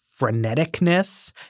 freneticness